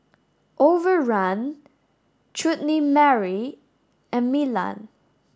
Overrun Chutney Mary and Milan